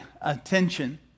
attention